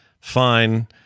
fine